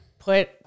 Put